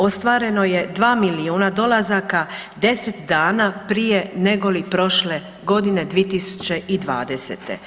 Ostvareno je 2 milijuna dolazaka 10 dana prije negoli prošle godine 2020.